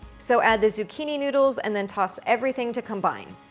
so add the zucchini noodles and then toss everything to combine,